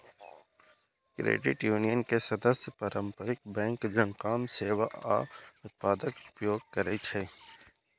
credit union के सदस्य पारंपरिक बैंक जकां सेवा आ उत्पादक उपयोग करै छै